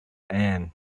anne